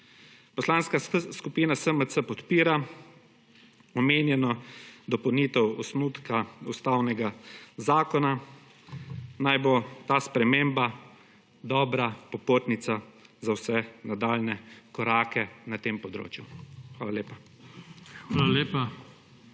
Poslanska skupina SMC podpira omenjeno dopolnitev osnutka Ustavnega zakona. Naj bo ta sprememba dobra popotnica za vse nadaljnje korake na tem področju. Hvala lepa.